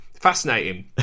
fascinating